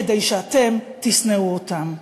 כדי שאתם תשנאו אותם.